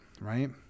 right